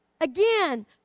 Again